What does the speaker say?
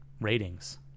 ratings